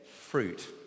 fruit